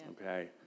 okay